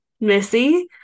Missy